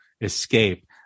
Escape